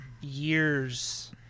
years